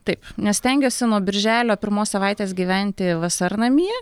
taip nes stengiuosi nuo birželio pirmos savaitės gyventi vasarnamyje